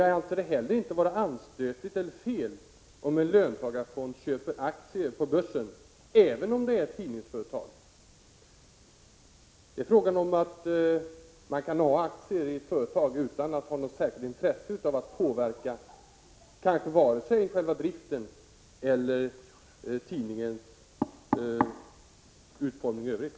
Jag anser inte heller att det är anstötligt eller felaktigt om en löntagarfond köper aktier på börsen, även om det är i ett tidningsföretag. Man kan ha aktier i ett företag utan att ha något särskilt intresse av att påverka vare sig själva driften eller tidningens utformning i övrigt.